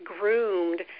groomed